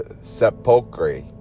sepulchre